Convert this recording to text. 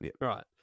Right